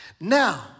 Now